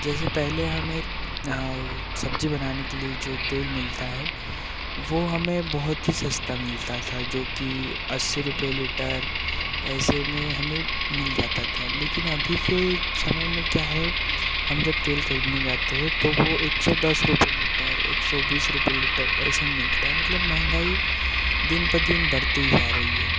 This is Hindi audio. जैसे पहले हमें सब्जी बनाने के लिए जो तेल मिलता है वो हमें बहुत ही सस्ता मिलता था जो कि अस्सी रुपए लीटर ऐसे में हमें मिल जाता था लेकिन अभी के समय में क्या है हम जब तेल खरीदने जाते हैं तो वो एक सौ दस रुपए लीटर एक सौ बीस रुपए लीटर ऐसे मिलता है मतलब महँगाई दिन पर दिन बढ़ती ही जा रही है